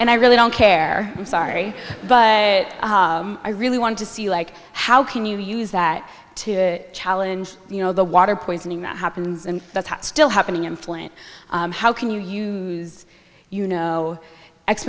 and i really don't care i'm sorry but i really want to see like how can you use that to challenge you know the water poisoning that happens and that's still happening in flint how can you use you know